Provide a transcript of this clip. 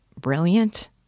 brilliant